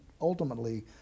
ultimately